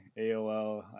AOL